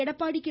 Edappadi K